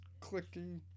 clicky